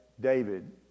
David